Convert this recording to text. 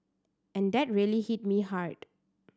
and that really hit me hard